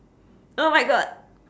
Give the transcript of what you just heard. oh my god